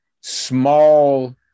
Small